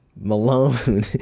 Malone